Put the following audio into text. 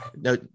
No